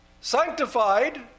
sanctified